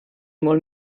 molt